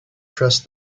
trust